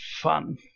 fun